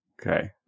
Okay